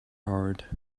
heart